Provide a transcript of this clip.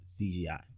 CGI